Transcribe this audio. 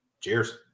Cheers